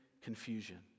confusion